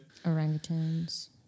orangutans